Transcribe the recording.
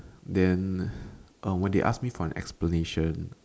then uh when they ask me for an explanation